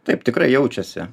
taip tikrai jaučiasi